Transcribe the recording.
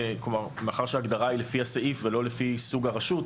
מאחר שההגדרה היא לפי הסעיף ולא לפי סוג הרשות,